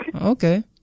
Okay